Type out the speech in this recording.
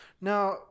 Now